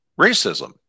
Racism